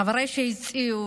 חבריי שהציעו,